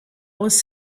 was